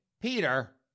Peter